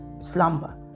slumber